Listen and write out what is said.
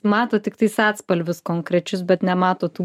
mato tiktais atspalvius konkrečius bet nemato tų